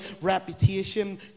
reputation